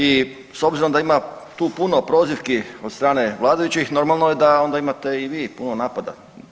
I s obzirom da tu ima puno prozivki od strane vladajućih normalno je da onda imate i vi puno napada.